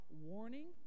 warning